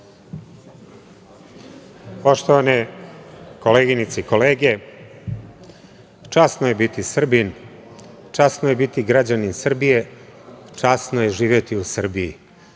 Poštovane koleginice i kolege časno je biti Srbin, časno je biti građanin Srbije, časno je živeti u Srbiji. Srbija